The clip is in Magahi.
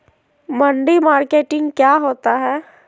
मंडी मार्केटिंग क्या होता है?